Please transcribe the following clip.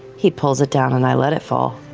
he pulls it down and i let it fall.